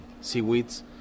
seaweeds